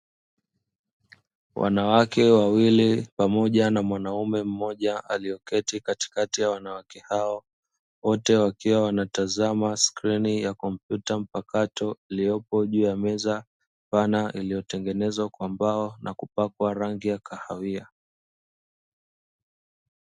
Wanawake wawili pamoja na mwanaume mmoja aliyeketi katikati ya wanawake hao, wote wakiwa wanatazama skrini ya kompyuta mpakato iliyopo juu ya meza pana iliyotengenezwa kwa mbao na kupakwa rangi ya kahawia.